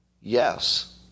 yes